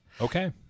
okay